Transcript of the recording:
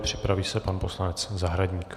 Připraví se pan poslanec Zahradník.